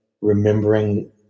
remembering